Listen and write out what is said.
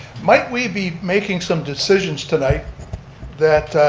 might we be making some decisions tonight that